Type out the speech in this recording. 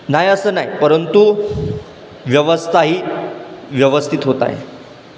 नाही असं नाही परंतु व्यवस्थाही व्यवस्थित होत आहे